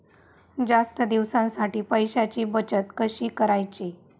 जास्त दिवसांसाठी पैशांची बचत कशी करायची?